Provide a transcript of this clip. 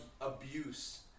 abuse